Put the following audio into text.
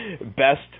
best